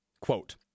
Quote